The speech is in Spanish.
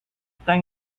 tan